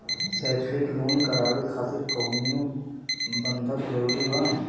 शैक्षणिक लोन करावे खातिर कउनो बंधक जरूरी बा?